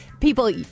people